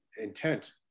intent